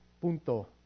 punto